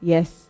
Yes